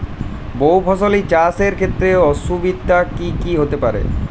বহু ফসলী চাষ এর ক্ষেত্রে অসুবিধে কী কী হতে পারে?